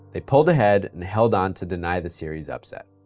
they pulled ahead and held on to deny the series upset.